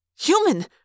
Human